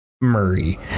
Murray